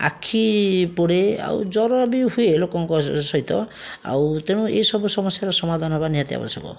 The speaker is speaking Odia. ଆଖି ପୋଡ଼େ ଆଉ ଜ୍ବର ବି ହୁଏ ଲୋକଙ୍କ ସହିତ ଆଉ ତେଣୁ ଏସବୁ ସମସ୍ୟାର ସମାଧାନ ହେବା ନିହାତି ଆବଶ୍ୟକ